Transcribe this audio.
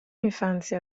infanzia